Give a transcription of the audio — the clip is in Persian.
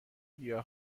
گیاه